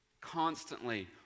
Constantly